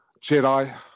Jedi